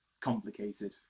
complicated